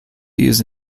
used